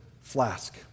flask